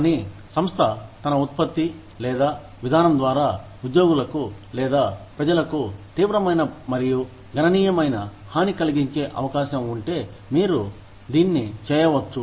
కానీ సంస్థ తన ఉత్పత్తి లేదా విధానం ద్వారా ఉద్యోగులకు లేదా ప్రజలకు తీవ్రమైన మరియు గణనీయమైన హాని కలిగించే అవకాశం ఉంటే మీరు దీన్ని చేయవచ్చు